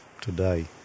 today